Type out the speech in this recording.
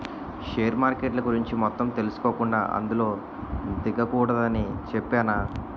share మార్కెట్ల గురించి మొత్తం తెలుసుకోకుండా అందులో దిగకూడదని చెప్పేనా